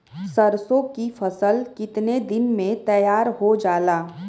सरसों की फसल कितने दिन में तैयार हो जाला?